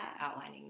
outlining